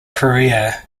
career